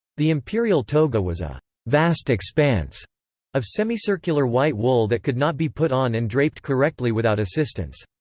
the imperial toga was a vast expanse of semi-circular white wool that could not be put on and draped correctly without assistance.